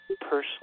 personally